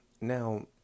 Now